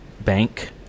bank